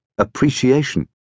appreciation